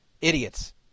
idiots